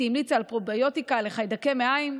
היא המליצה על פרוביוטיקה לחיידקי מעיים,